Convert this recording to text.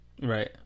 Right